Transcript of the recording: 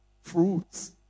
fruits